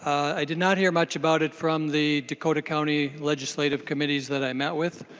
i do not hear much about it from the dakota county legislative committees that i met with.